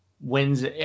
wins